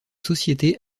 sociétés